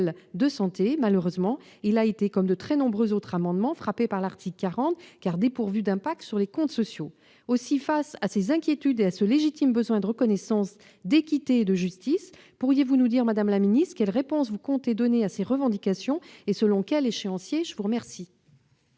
de santé. Malheureusement, il a été, comme de très nombreux autres amendements, frappé par l'article 40, car « dépourvu d'impact sur les comptes sociaux ». Aussi, face à ces inquiétudes et à ce légitime besoin de reconnaissance, d'équité et de justice, pourriez-vous nous dire, madame la secrétaire d'État, quelles réponses vous comptez donner à ces revendications et selon quel échéancier ? La parole